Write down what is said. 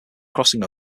crossing